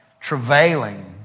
travailing